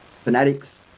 fanatics